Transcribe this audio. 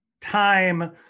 time